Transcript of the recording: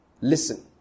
Listen